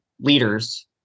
leaders